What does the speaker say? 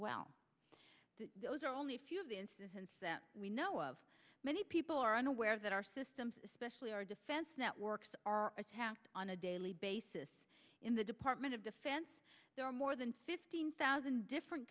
well those are only a few of the instance that we know of many people are unaware that our systems especially our defense networks are attacked on a daily basis in the department of defense there are more than fifteen thousand different